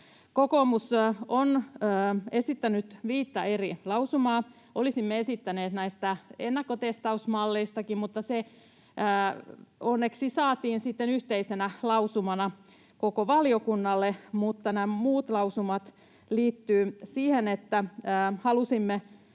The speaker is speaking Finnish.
Kokoomus on esittänyt viittä eri lausumaa. Olisimme esittäneet ennakkotestausmalleistakin, mutta ne onneksi saatiin sitten yhteisenä lausumana koko valiokunnalle. Mutta nämä muut lausumat liittyivät siihen, että halusimme,